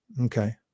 Okay